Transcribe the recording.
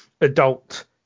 adult